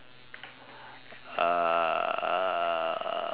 uh